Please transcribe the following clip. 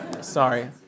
Sorry